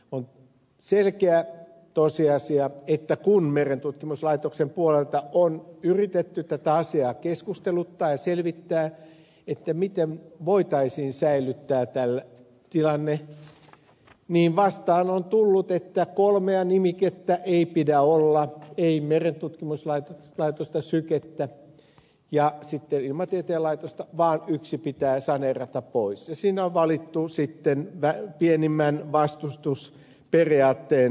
on selkeä tosiasia että kun merentutkimuslaitoksen puolelta on yritetty keskusteluttaa ja selvittää tätä asiaa miten voitaisiin tilanne säilyttää niin vastaan on tullut että kolmea nimikettä ei pidä olla ei merentutkimuslaitosta sykettä ja ilmatieteen laitosta vaan yksi pitää saneerata pois ja on valittu sitten pienimmän vastustuksen periaatteen näkökulmasta merentutkimuslaitos